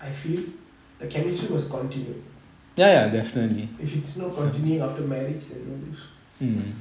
I feel the chemistry was continued if it's not continue after marriage then no use that's why